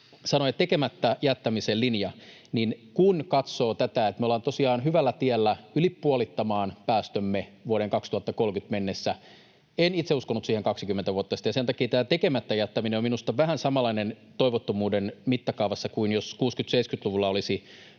sanoi ”tekemättä jättämisen linja”. Kun katsoo tätä, että me ollaan tosiaan hyvällä tiellä, yli puolittamassa päästömme vuoteen 2030 mennessä — en itse uskonut siihen 20 vuotta sitten — niin sen takia tämä tekemättä jättäminen on minusta vähän samanlainen toivottomuuden mittakaavassa kuin jos 60—70-luvulla olisi